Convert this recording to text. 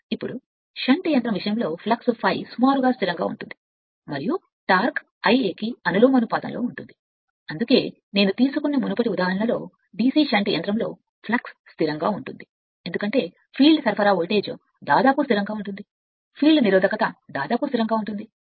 ఇప్పుడు షంట్ యంత్రం విషయంలో ఫ్లక్స్ ∅ సుమారుగా స్థిరంగా ఉంటుంది మరియు టార్క్ Ia కి అనులోమానుపాతంలో ఉంటుంది అందుకే నేను తీసుకున్న మునుపటి ఉదాహరణ DC షంట్ యంత్రం కోసం ఫ్లక్స్ స్థిరంగా ఉంటాయి ఎందుకంటే ఫీల్డ్ సరఫరా వోల్టేజ్ సుమారుగా స్థిరంగా ఉంటుంది ఫీల్డ్ నిరోధకత సుమారుగా స్థిరంగా ఉంటుంది